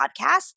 podcast